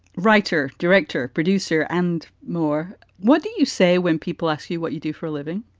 writer, director, producer and more. what do you say when people ask you what you do for a living?